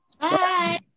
Bye